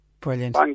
Brilliant